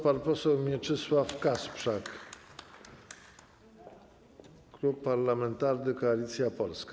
Pan poseł Mieczysław Kasprzak, Klub Parlamentarny Koalicja Polska.